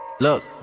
Look